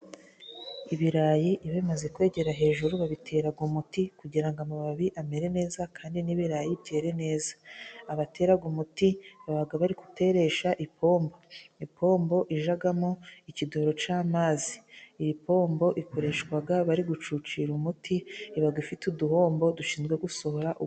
Ibirayi iyo bimaze kwegera hejuru babitera umuti kugira ngo amababi amere neza kandi n'iibiyi byere neza. Abatera umuti baba babiteresha ipombo. Ipombo ijamo ikidoro c'amazi. Iyi pombo ikoreshwaga bari gucucira umuti iba ifite uduhombo dushinzwe gusohora umuti.